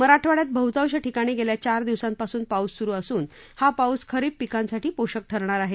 मराठवाङ्यात बहुतांश ठिकाणी गेल्या चार दिवसांपासून पाऊस सुरू असून हा पाऊस खरीप पिकांसाठी पोषक ठरणार आहे